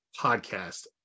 podcast